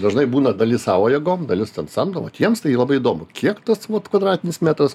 dažnai būna dalis savo jėgom dalis ten samdo vat jiems tai labai įdomu kiek tas vat kvadratinis metras